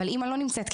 אבל אימא לא נמצאת,